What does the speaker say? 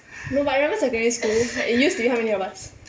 no but I remember secondary school it used to be how many of us